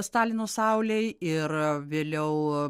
stalino saulei ir vėliau